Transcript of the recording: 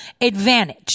advantage